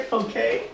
okay